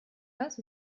нас